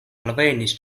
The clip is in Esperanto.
alvenis